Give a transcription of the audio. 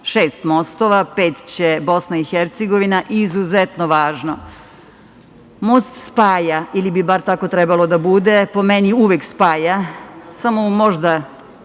mostova, pet će Bosna i Hercegovina. Izuzetno važno, most spaja, ili bi bar tako trebalo da bude, po meni, uvek spaja, samo možda